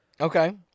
Okay